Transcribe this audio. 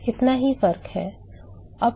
बस इतना ही फर्क है